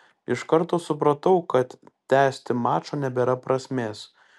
iš karto supratau kad tęsti mačo nebėra prasmės